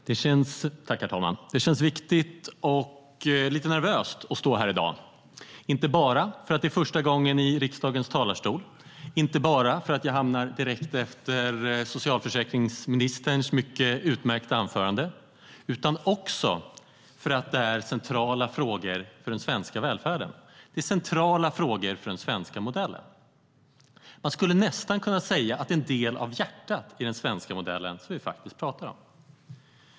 Herr talman! Det känns viktigt och lite nervöst att stå här i dag - inte bara för att det är första gången för mig i riksdagens talarstol, och inte bara för att jag talar direkt efter socialförsäkringsministerns mycket utmärkta anförande, utan också för att det handlar om centrala frågor för den svenska välfärden. Detta är centrala frågor för den svenska modellen. Man skulle nästan kunna säga att det är en del av hjärtat i den svenska modellen vi pratar om.